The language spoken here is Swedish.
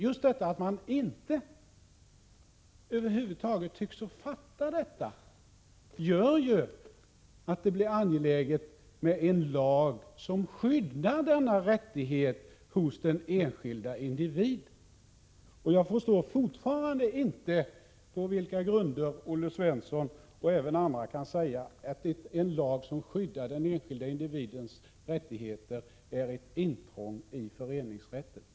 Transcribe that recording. Just det förhållandet att man över huvud taget inte tycks fatta detta gör att det blir angeläget med en lag som skyddar dessa rättigheter för den enskilde individen. Jag förstår fortfarande inte på vilka grunder Olle Svensson och även andra kan säga att en lag som skyddar den enskilde individens rättigheter är ett intrång i föreningsrätten.